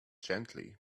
gently